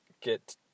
get